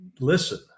listen